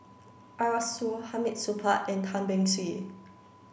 Arasu Hamid Supaat and Tan Beng Swee